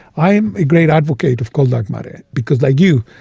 i'm a great advocate of cold dark matter because, like you,